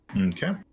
Okay